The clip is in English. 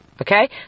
okay